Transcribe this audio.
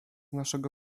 naszego